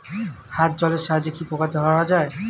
হাত জলের সাহায্যে কি পোকা ধরা যায়?